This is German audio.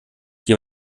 die